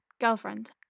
girlfriend